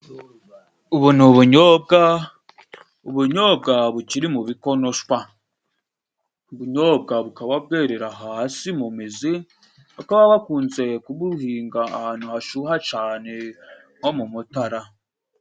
Ubu ni ubunyobwa, ubunyobwa bukiri mu bikonoshwaka, ubunyobwa bukaba bwerera hasi mu mizi bakaba bakunze kuguhinga ahantu hashyuha cane nko mu Mutara.